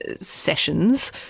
sessions